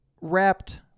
wrapped